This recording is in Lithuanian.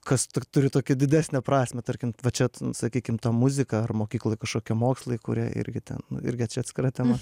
kas tik turi tokį didesnę prasmę tarkim va čia sakykim ta muzika ar mokykloj kažkokie mokslai kurie irgi ten irgi atskira tema